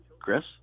Chris